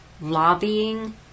lobbying